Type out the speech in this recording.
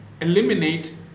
eliminate